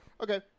Okay